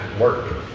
work